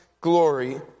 glory